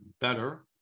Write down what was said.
better